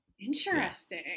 interesting